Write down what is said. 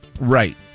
Right